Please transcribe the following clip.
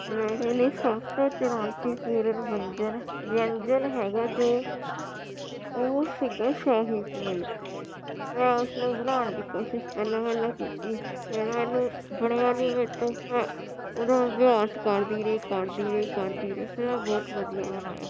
ਮੇਰੇ ਲਈ ਸਭ ਤੋਂ ਚੁਣੌਤੀਪੂਰਨ ਵਿਅੰਜਨ ਵਿਅੰਜਨ ਹੈਗਾ ਜੋ ਉਹ ਸੀਗਾ ਸ਼ਾਹੀ ਪਨੀਰ ਮੈਂ ਉਸ ਨੂੰ ਬਣਾਉਣ ਦੀ ਕੋਸ਼ਿਸ਼ ਪਹਿਲਾਂ ਪਹਿਲਾਂ ਕੀਤੀ ਫਿਰ ਮੈਨੂੰ ਬਣਿਆ ਨਹੀਂ ਮੇਰੇ ਤੋਂ ਮੈਂ ਉਹਦਾ ਅਭਿਆਸ ਕਰਦੀ ਰਹੀ ਕਰਦੀ ਰਹੀ ਕਰਦੀ ਰਹੀ ਫਿਰ ਮੈਂ ਬਹੁਤ ਵਧੀਆ ਬਣਾਇਆ